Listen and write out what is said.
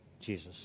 Jesus